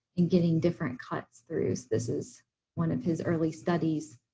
and getting different cuts through. this is one of his early studies.